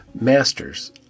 Masters